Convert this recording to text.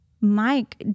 Mike